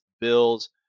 Bills